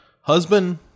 husband